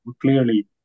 clearly